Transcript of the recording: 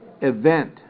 event